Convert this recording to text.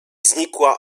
znikła